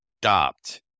stopped